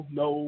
no